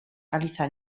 caliza